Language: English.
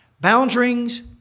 Boundaries